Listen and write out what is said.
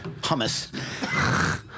Hummus